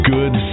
Good